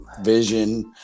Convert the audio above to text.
vision